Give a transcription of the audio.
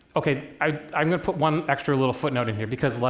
okay, i'm going to put one extra little footnote in here, because, like,